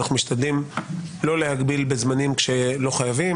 אנחנו משתדלים לא להגביל בזמנים כשלא חייבים,